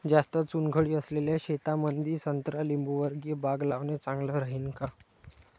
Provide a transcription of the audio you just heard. जास्त चुनखडी असलेल्या शेतामंदी संत्रा लिंबूवर्गीय बाग लावणे चांगलं राहिन का?